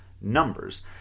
numbers